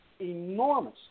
enormous